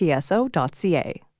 tso.ca